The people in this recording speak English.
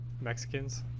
Mexicans